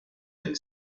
del